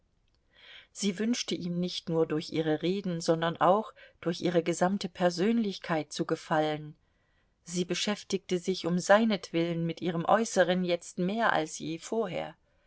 sie wünschte ihm nicht nur durch ihre reden sondern auch durch ihre gesamte persönlichkeit zu gefallen sie beschäftigte sich um seinetwillen mit ihrem äußeren jetzt mehr als je vorher